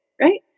right